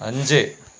അഞ്ച്